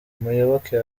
muyoboke